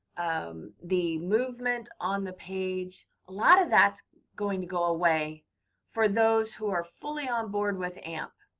um the movement on the page. a lot of that's going to go away for those who are fully on board with amp.